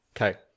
Okay